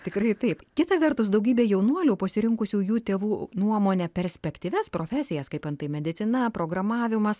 tikrai taip kita vertus daugybė jaunuolių pasirinkusių jų tėvų nuomone perspektyvias profesijas kaip antai medicina programavimas